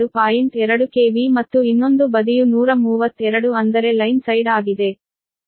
2 KV ಮತ್ತು ಇನ್ನೊಂದು ಬದಿಯು 132 ಅಂದರೆ ಲೈನ್ ಸೈಡ್ ಆಗಿದೆ